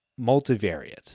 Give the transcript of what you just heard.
multivariate